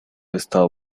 estado